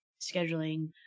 scheduling